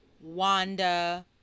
Wanda